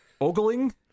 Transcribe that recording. Ogling